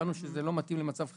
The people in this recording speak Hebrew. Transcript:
הבנו שזה לא מתאים למצב חירום,